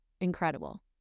Incredible